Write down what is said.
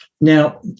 Now